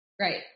right